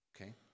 Okay